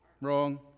Wrong